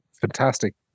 fantastic